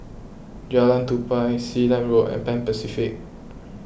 Jalan Tupai Sealand Road and Pan Pacific